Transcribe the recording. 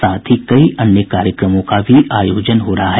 साथ ही कई अन्य कार्यक्रमों का भी आयोजन हो रहा है